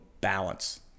balance